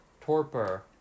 torpor